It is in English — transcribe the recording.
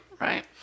Right